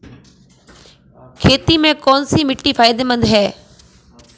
खेती में कौनसी मिट्टी फायदेमंद है?